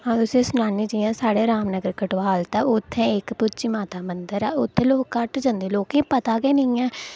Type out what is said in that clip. अं'ऊ तु'सेंगी सनानी जि'यां साढ़े रामनगर कटवालता उत्थें इक्क टूची माता मंदर ऐ उत्थें लोक घट्ट जंदे लोकें गी पता गै नेईं ऐ